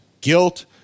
guilt